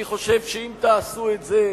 אני חושב שאם תעשו את זה,